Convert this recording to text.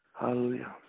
Hallelujah